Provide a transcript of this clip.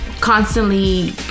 constantly